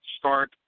start